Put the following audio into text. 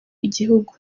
igihugu